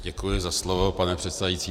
Děkuji za slovo, pane předsedající.